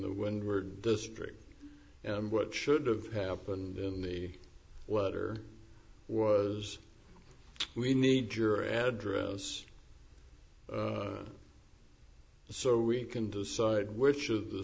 the windward district and what should have happened in the water was we need your address so we can decide which of the